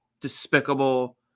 despicable